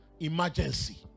Emergency